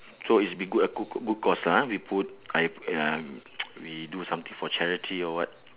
so it's be good a good good good cause lah ha we put I uh ya we do something for charity or what